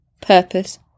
purpose